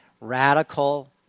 radical